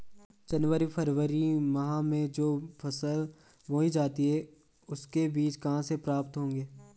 जनवरी फरवरी माह में जो फसल बोई जाती है उसके बीज कहाँ से प्राप्त होंगे?